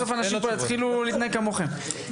בסוף אנשים פה יתחילו להתנהג כמוכם.